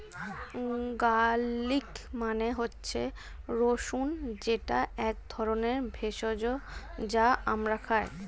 garlic মানে হচ্ছে রসুন যেটা এক ধরনের ভেষজ যা আমরা খাই